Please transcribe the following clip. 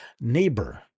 neighbor